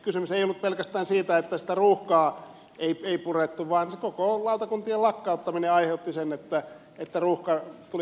kysymys ei ollut pelkästään siitä että sitä ruuhkaa ei purettu vaan koko lautakuntien lakkauttaminen aiheutti sen että ruuhka tuli kestämättömäksi